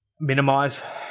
Minimize